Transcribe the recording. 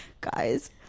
guys